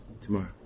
tomorrow